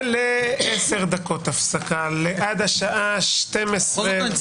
ננעלה בשעה 12:12.